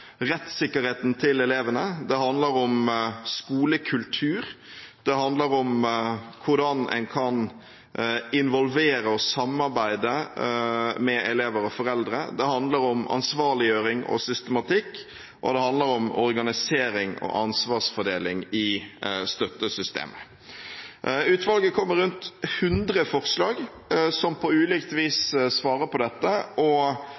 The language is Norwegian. rettssikkerheten til elevene, det handler om skolekultur, det handler om hvordan en kan involvere og samarbeide med elever og foreldre, det handler om ansvarliggjøring og systematikk, og det handler om organisering og ansvarsfordeling i støttesystemet. Utvalget kom med rundt 100 forslag som på ulikt vis svarer på dette, og